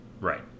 Right